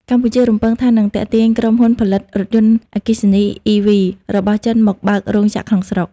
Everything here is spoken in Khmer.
កម្ពុជារំពឹងថានឹងទាក់ទាញក្រុមហ៊ុនផលិតរថយន្តអគ្គិសនី (EV) របស់ចិនមកបើករោងចក្រក្នុងស្រុក។